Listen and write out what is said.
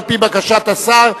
על-פי בקשת השר,